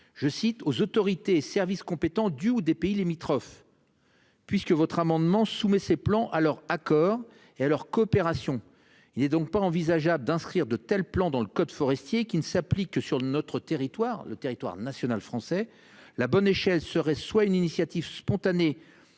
je cite aux autorités service compétents du ou des pays limitrophes. Puisque votre amendement soumet ses plans alors à. Et à leur coopération. Il est donc pas envisageable d'inscrire de tels plans dans le code forestier qui ne s'applique que sur notre territoire. Le territoire national français la bonne échelle serait soit une initiative spontanée.